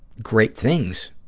great things